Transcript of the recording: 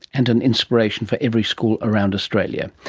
and an inspiration for every school around australia.